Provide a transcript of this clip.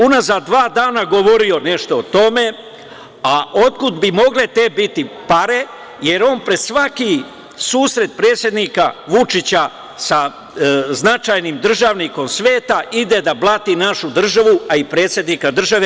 Unazad dva dana sam govorio nešto o tome, a otkud bi mogle te biti pare, jer on pred svaki susret predsednika Vučića sa značajnim državnikom sveta ide da blati našu državu, a i predsednika države.